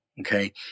Okay